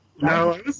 no